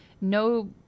no